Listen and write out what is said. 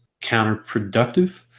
counterproductive